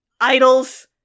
Idols